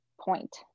point